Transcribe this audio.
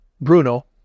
Bruno